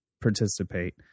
participate